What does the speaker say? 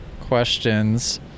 questions